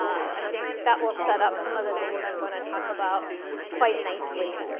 i think that will set up some of the things i'm going to talk about quite nicely.